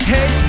Hey